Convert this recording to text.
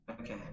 Okay